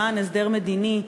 למען הסדר מדיני,